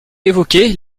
évoquer